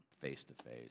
face-to-face